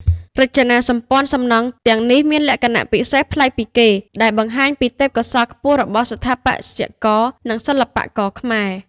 រចនាសម្ព័ន្ធសំណង់ទាំងនេះមានលក្ខណៈពិសេសប្លែកពីគេ ដែលបង្ហាញពីទេពកោសល្យខ្ពស់របស់ស្ថាបត្យករ និងសិល្បករខ្មែរ។